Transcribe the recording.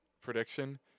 prediction